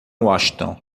washington